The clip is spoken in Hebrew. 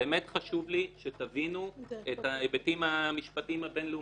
באמת חשוב לי שתבינו את ההיבטים המשפטיים הבינלאומיים.